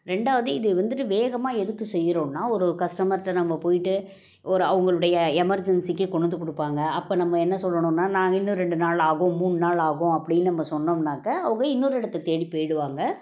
ரெண்டாவது இது வந்துகிட்டு வேகமாக எதுக்கு செய்யகிறோன்னா ஒரு கஸ்டமர்கிட்ட நம்ம போய்கிட்டு ஒரு அவங்களுடைய எமர்ஜென்சிக்கு கொண்டு வந்து கொடுப்பாங்க அப்போ நம்ம என்ன சொல்லணுன்னா நாங்கள் இன்னும் ரெண்டு நாள் ஆகும் மூணு நாள் ஆகும் அப்படின்னு நம்ம சொன்னோம்ன்னாக்க அவங்க இன்னொரு இடத்த தேடிப் போயிடுவாங்க